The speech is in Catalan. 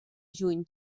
juny